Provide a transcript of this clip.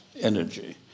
energy